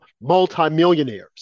multimillionaires